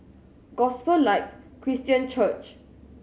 Gospel Light Christian Church